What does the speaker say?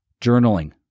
Journaling